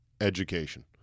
education